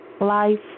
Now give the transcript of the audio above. life